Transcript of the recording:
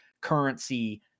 currency